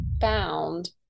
found